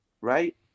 right